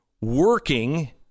working